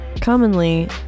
Commonly